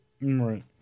Right